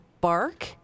bark